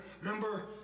remember